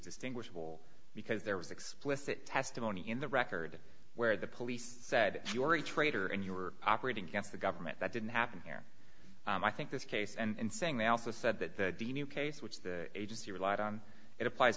distinguishable because there was explicit testimony in the record where the police said you're a traitor and you were operating against the government that didn't happen here i think this case and saying they also said that the new case which the agency relied on it applies